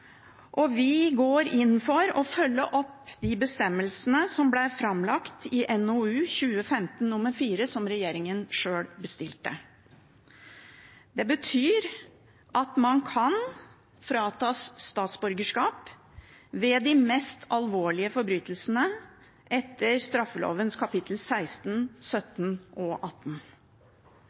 og vi går inn for å følge opp de bestemmelsene som ble framlagt i NOU 2015:4, som regjeringen sjøl bestilte. Det betyr at man kan fratas statsborgerskap ved de mest alvorlige forbrytelsene etter straffelovens kap. 16, 17 og 18.